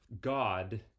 God